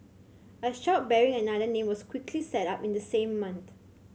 a shop bearing another name was quickly set up in the same month